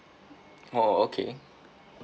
oh okay